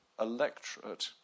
electorate